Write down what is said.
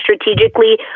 strategically